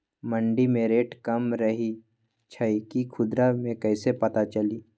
मंडी मे रेट कम रही छई कि खुदरा मे कैसे पता चली?